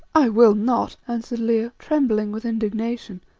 i will not, answered leo, trembling with indignation,